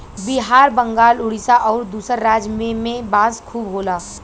बिहार बंगाल उड़ीसा आउर दूसर राज में में बांस खूब होला